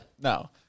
No